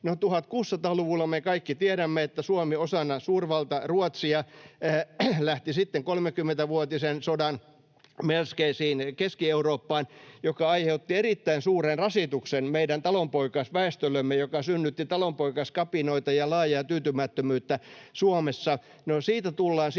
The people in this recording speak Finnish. No, me kaikki tiedämme, että 1600-luvulla Suomi osana suurvalta-Ruotsia lähti sitten kolmikymmenvuotisen sodan melskeisiin Keski-Eurooppaan, mikä aiheutti erittäin suuren rasituksen meidän talonpoikaisväestöllemme, joka synnytti talonpoikaiskapinoita ja laajaa tyytymättömyyttä Suomessa.